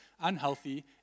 unhealthy